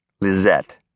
Lizette